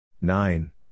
Nine